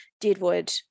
Deadwood